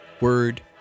Word